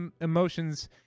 emotions